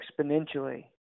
exponentially